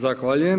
Zahvaljujem.